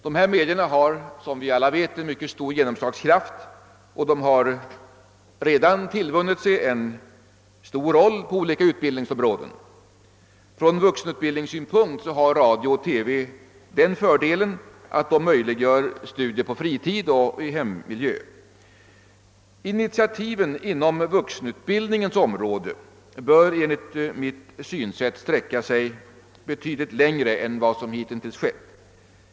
Dessa media har såsom vi alla vet en mycket stor genomslagskraft, och de har redan fått stor betydelse på olika utbildnings områden. Från vuxenutbildningens synpunkt har radio och TV den fördelen, att de möjliggör studier på fritid och i hemmiljö. Initiativen inom vuxenutbldningens område bör enligt mitt synsätt sträcka sig betydligt längre än vad som bhittills har skett.